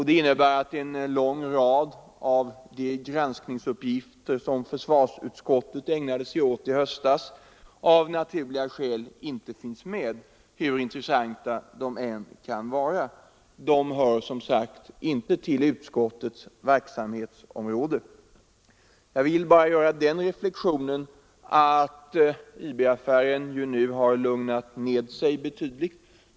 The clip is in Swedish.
Det innebär att en lång rad av de granskningsuppgifter som försvarsutskottet ägnade sig åt i höstas av naturliga skäl inte finns med, hur intressanta de än kan vara. De hör inte till utskottets verksamhetsområde. Jag vill göra reflexionen att IB-affären nu har lugnat ned sig betydligt.